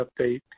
update